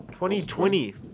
2020